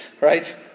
right